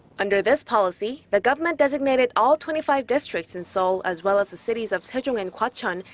under this policy, the government designated all twenty five districts in seoul, as well as the cities of sejong and gwacheon,